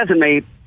resume